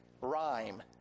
rhyme